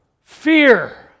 fear